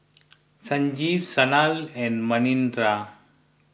Sanjeev Sanal and Manindra